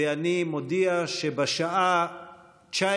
ריבונותו,